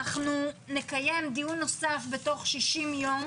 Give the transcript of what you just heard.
נקיים דיון נוסף בתוך 60 יום